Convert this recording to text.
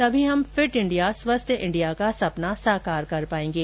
तभी हम fit India स्वस्थ इंडिया का सपना साकार कर पाएंगे